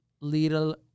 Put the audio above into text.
little